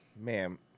Ma'am